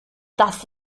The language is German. das